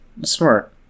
Smart